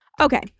Okay